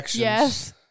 Yes